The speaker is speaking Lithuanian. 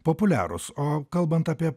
populiarūs o kalbant apie